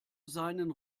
seinen